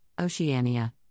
Oceania